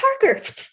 Parker